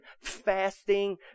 fasting